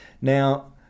Now